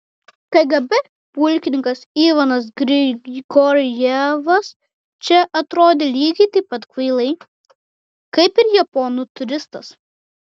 kgb pulkininkas ivanas grigorjevas čia atrodė lygiai taip pat kvailai kaip ir japonų turistas